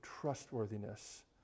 trustworthiness